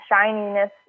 shininess